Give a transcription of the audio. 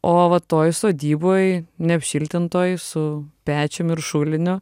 o va toj sodyboj neapšiltintoj su pečium ir šuliniu